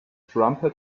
trumpet